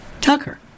Tucker